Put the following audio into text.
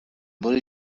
باری